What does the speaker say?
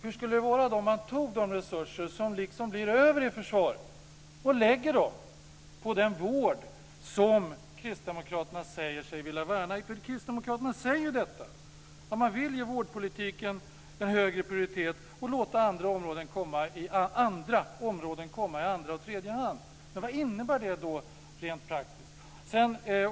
Hur skulle det vara om man tar de resurser som blir över i försvaret och lägger dem på den vård som Kristdemokraterna säger sig vilja värna? Kristdemokraterna säger ju att man vill ge vårdpolitiken högre prioritet och låta andra områden komma i andra och tredje hand. Vad innebär det rent praktiskt?